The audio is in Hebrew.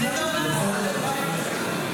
יש לך מספיק זמן.